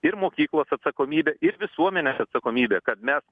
ir mokyklos atsakomybė ir visuomenės atsakomybė kad mes